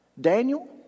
Daniel